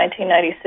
1996